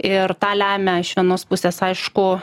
ir tą lemia iš vienos pusės aišku